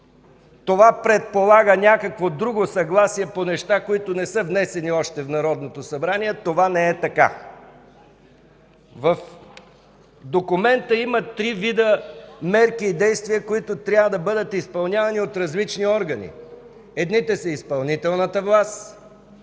това предполага някакво друго съгласие по неща, които още не са внесени в Народното събрание – това не е така! В документа има три вида мерки и действия, които трябва да бъдат изпълнявани от различни органи – едните са в изпълнителната власт;